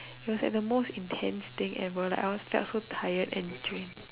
it was the most intense thing ever like I was so tired and drained